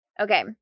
Okay